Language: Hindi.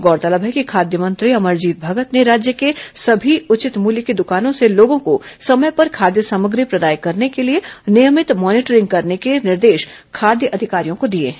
गौरतलब है कि खाद्य मंत्री अमरजीत भगत ने राज्य के सभी उचित मूल्य की द्कानों से लोगों को समय पर खाद्य सामग्री प्रदाय करने के लिए नियमित मॉनिटरिंग करने के निर्देश खाद्य अधिकारियों को दिए हैं